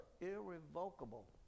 irrevocable